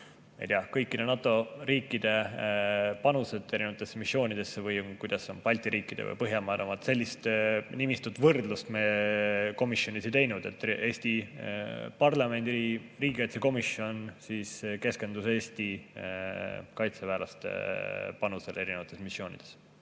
kõikide NATO riikide panused erinevatesse missioonidesse või millised on Balti riikide või Põhjamaade omad – sellist võrdlust me komisjonis ei teinud. Eesti parlamendi riigikaitsekomisjon keskendus Eesti kaitseväelaste panusele erinevates missioonides.